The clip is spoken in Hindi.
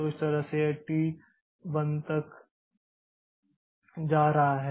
तो इस तरह से यह टी 1 तक जा रहा है